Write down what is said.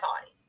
body